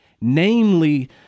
namely